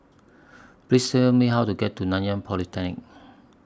Please Tell Me How to get to Nanyang Polytechnic